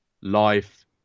life